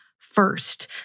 first